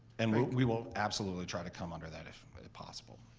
and we will absolutely try to come under that if possible.